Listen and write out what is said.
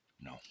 no